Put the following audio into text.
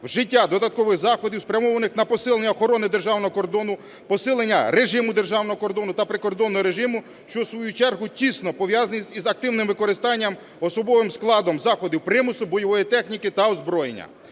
вжиття додаткових заходів, спрямованих на посилення охорони державного кордону, посилення режиму державного кордону та прикордонного режиму, що в свою чергу тісно пов'язане із активним використанням особовим складом заходів примусу, бойової техніки та озброєння.